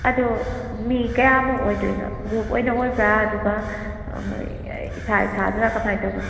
ꯑꯗꯣ ꯃꯤ ꯀꯌꯥꯃꯨꯛ ꯑꯣꯏꯗꯣꯏꯅꯣ ꯒ꯭ꯔꯨꯞ ꯑꯣꯏꯅ ꯑꯣꯏꯕ꯭ꯔꯥ ꯑꯗꯨꯒ ꯑꯩꯈꯣꯏ ꯏꯁꯥ ꯏꯁꯥꯇꯔꯥ ꯀꯃꯥꯏꯅ ꯇꯧꯕꯅꯣ